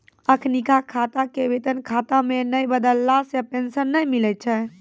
अखिनका खाता के वेतन खाता मे नै बदलला से पेंशन नै मिलै छै